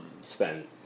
spend